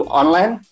online